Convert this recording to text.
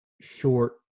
short